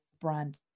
brand